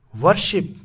worship